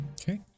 Okay